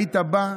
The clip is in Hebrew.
היית בא,